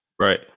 Right